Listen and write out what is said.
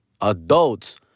adults